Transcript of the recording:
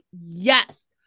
yes